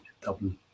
Dublin